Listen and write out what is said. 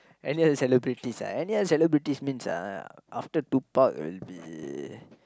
any other celebrities ah any other celebrities means (uh)after Tupac will be